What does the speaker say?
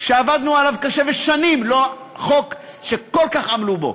שעבדנו עליו קשה, שנים לא היה חוק שכל כך עמלו בו,